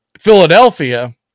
Philadelphia